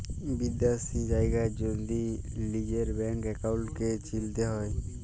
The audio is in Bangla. বিদ্যাশি জায়গার যদি লিজের ব্যাংক একাউল্টকে চিলতে হ্যয়